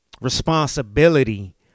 responsibility